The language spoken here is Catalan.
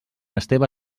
esteve